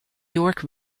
york